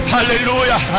Hallelujah